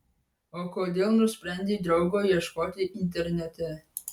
o kodėl nusprendei draugo ieškoti internete